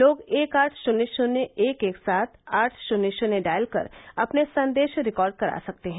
लोग एक आठ शून्य शून्य एक एक सात आठ शून्य शून्य डायल कर अपने संदेश रिकार्ड करा सकते हैं